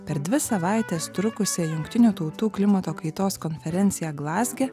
per dvi savaites trukusią jungtinių tautų klimato kaitos konferenciją glazge